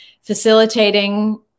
facilitating